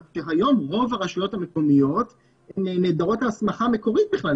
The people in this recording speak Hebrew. אבל היום רוב הרשויות המקומיות נעדרות ההסמכה המקורית בכלל,